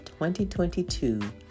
2022